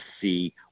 see